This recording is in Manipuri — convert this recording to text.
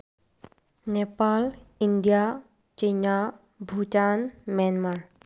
Nepal India China Bhutan Myanmar